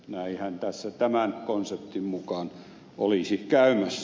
näinhän tässä tämän konseptin mukaan olisi käymässä